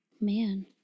Man